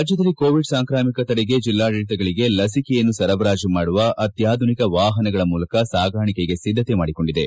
ರಾಜ್ಲದಲ್ಲಿ ಕೋವಿಡ್ ಸಾಂಕ್ರಾಮಿಕ ತಡೆಗೆ ಜಿಲ್ಡಾಡಳಿತಗಳಿಗೆ ಲಸಿಕೆಯನ್ನು ಸರಬರಾಜು ಮಾಡುವ ಅತ್ನಾಧುನಿಕ ವಾಹನಗಳ ಮೂಲಕ ಸಾಗಾಣಿಕೆಗೆ ಸಿದ್ದತೆ ಮಾಡಿಕೊಂಡಿದೆ